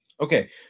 Okay